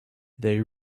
they